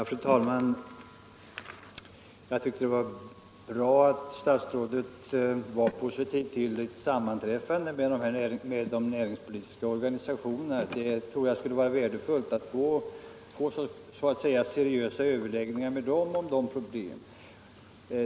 Fru talman! Jag tyckte det var bra att statsrådet var positiv till ett sammanträffande med de näringspolitiska organisationerna. Jag tror det skulle vara värdefullt att få seriösa överläggningar med dem om dessa problem.